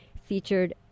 featured